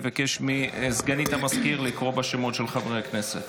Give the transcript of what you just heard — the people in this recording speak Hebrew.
אבקש מסגנית המזכיר לקרוא בשמות חברי הכנסת.